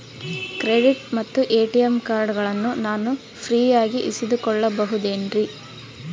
Credit ಮತ್ತ ATM ಕಾರ್ಡಗಳನ್ನ ನಾನು ಫ್ರೇಯಾಗಿ ಇಸಿದುಕೊಳ್ಳಬಹುದೇನ್ರಿ?